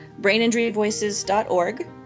braininjuryvoices.org